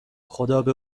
خدابه